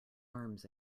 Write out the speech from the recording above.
arms